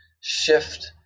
shift